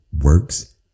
works